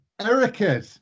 erica